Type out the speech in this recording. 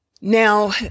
Now